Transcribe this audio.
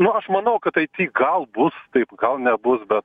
nu aš manau kad ateity gal bus taip gal nebus bet